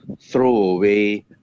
throwaway